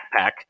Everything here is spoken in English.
backpack